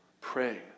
Pray